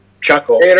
chuckle